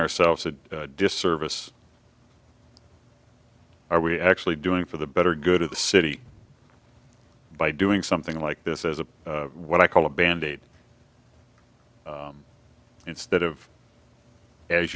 ourselves a disservice are we actually doing for the better good of the city by doing something like this as a what i call a band aid instead of as